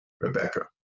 Rebecca